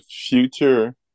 future